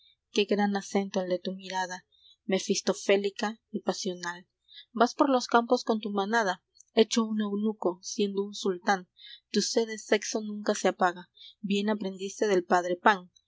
qué gran acento el de tu mirada mefistofélica y pasional vas por los campos con tu manada hecho un eunuco siendo un sultán tu sed de sexo nunca se apaga bien aprendiste del padre pan